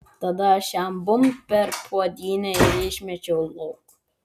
tada aš jam bumbt per puodynę ir išmečiau lauk